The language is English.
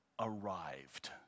arrived